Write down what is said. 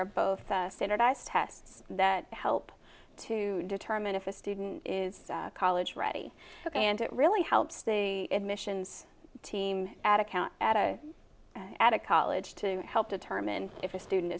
are both standardized tests that help to determine if a student is a college ready and it really helps they missions team at a count at a at a college to help determine if a student